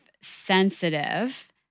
sensitive